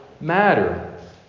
matter